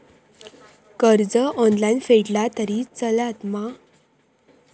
कर्ज ऑनलाइन फेडला तरी चलता मा?